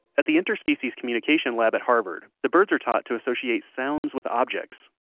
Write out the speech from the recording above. at the interspecies communication lab at harvard, the birds are taught to associate sounds with objects.